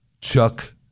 Chuck